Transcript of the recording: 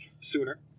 sooner